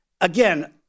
again